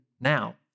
now